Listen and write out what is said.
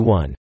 one